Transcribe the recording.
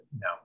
no